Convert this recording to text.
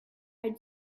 had